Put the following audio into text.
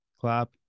Clap